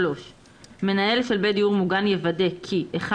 3. מנהל של בית דיור מוגן יוודא כי (1)